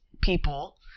people